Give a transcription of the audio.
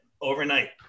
overnight